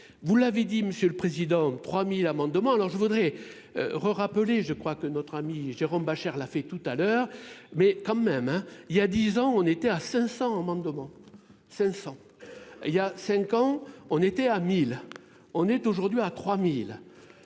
Vous l'avez dit, monsieur le président. 3000 amendements. Alors je voudrais rerapellé je crois que notre ami Jérôme Bascher la fait tout à l'heure mais quand même hein il y a 10 ans on était à 500 amendements. 500. Il y a 5 ans on était à 1000. On est aujourd'hui à 3000.